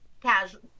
casual